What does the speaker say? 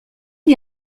est